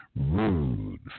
Rude